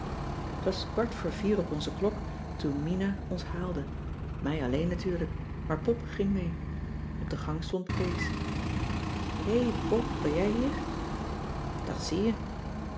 t was kwart voor vier op onze klok toen mina cissy van marxveldt de h b s tijd van joop ter heul ons haalde mij alleen natuurlijk maar pop ging mee op de gang stond kees hé pop ben jij hier dat zie je